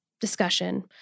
discussion